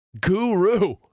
Guru